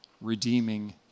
redeeming